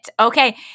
Okay